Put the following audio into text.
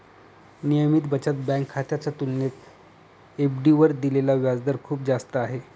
नियमित बचत बँक खात्याच्या तुलनेत एफ.डी वर दिलेला व्याजदर खूप जास्त आहे